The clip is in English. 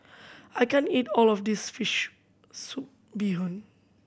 I can't eat all of this fish soup bee hoon